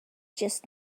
just